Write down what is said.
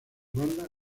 banda